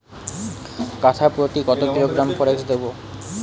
কাঠাপ্রতি কত কিলোগ্রাম ফরেক্স দেবো?